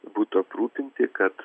būtų aprūpinti kad